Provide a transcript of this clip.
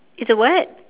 it's a what